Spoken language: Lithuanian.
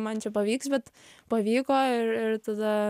man čia pavyks bet pavyko ir ir tada